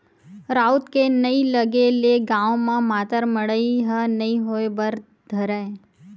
राउत के नइ लगे ले गाँव म मातर मड़ई ह नइ होय बर धरय